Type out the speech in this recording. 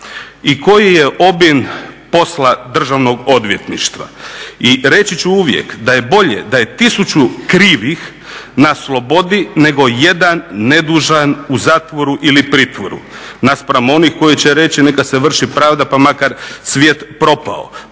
i koji je obim posla državnog odvjetništva i reći ću uvijek da je bolje da je tisuću krivih na slobodi nego jedan nedužan u zatvoru ili pritvoru naspram onih koji će reći neka se vrši pravda pa makar svijet propao.